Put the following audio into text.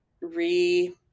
re